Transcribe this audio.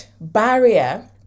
barrier